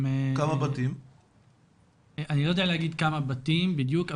אני לא יודע להגיד כמה בתים בדיוק,